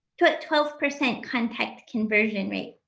put twelve percent contact conversion rate.